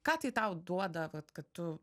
ką tai tau duoda kad kad tu